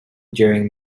during